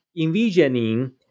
envisioning